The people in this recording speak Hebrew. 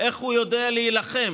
איך הוא יודע להילחם